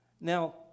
Now